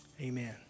amen